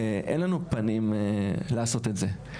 ואין לנו פנים לעשות את זה.